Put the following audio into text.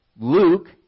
Luke